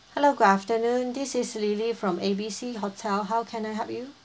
hello good afternoon this is lily from A B C hotel how can I help you